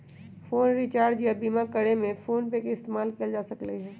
phone recharge या बीमा करे में फोनपे के इस्तेमाल कएल जा सकलई ह